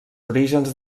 orígens